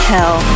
Hell